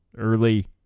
early